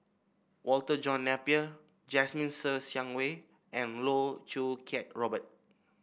Walter John Napier Jasmine Ser Xiang Wei and Loh Choo Kiat Robert